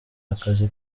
akazi